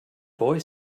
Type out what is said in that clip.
boy